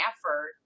effort